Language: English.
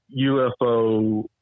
ufo